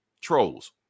trolls